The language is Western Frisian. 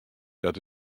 dat